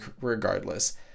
regardless